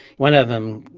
one of them,